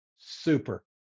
super